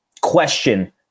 question